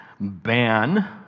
ban